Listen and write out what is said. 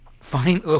fine